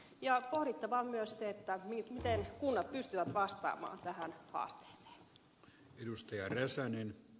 pohdittavaa on myös siinä miten kunnat pystyvät vastaamaan tähän haasteeseen